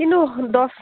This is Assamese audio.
কিন্তু দহ